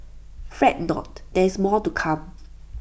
fret not there is more to come